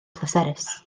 pleserus